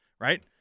right